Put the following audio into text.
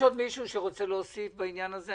יש עוד מישהו שרוצה להוסיף בעניין הזה?